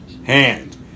Hand